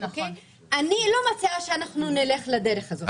אני לא מציע שאנחנו נלך לדרך הזו.